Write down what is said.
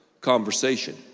conversation